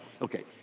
Okay